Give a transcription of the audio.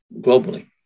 globally